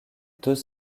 deux